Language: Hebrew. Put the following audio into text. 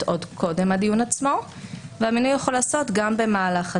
עוד קודם לדיון עצמו והמינוי יכול להיעשות גם במהלך הדיון.